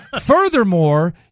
Furthermore